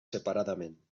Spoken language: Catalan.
separadament